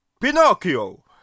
Pinocchio